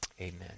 Amen